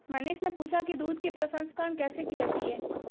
मनीष ने पूछा कि दूध के प्रसंस्करण कैसे की जाती है?